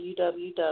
www